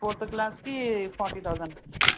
fourth క్లాస్కి forty thousand అండి